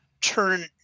turn